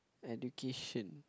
education